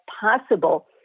possible